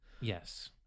yes